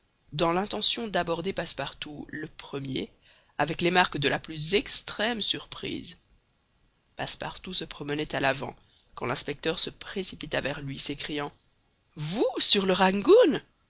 dans l'intention d'aborder passepartout le premier avec les marques de la plus extrême surprise passepartout se promenait à l'avant quand l'inspecteur se précipita vers lui s'écriant vous sur le rangoon